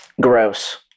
Gross